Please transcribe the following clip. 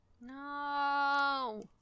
no